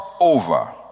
over